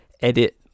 edit